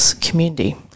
community